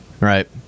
right